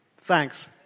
Thanks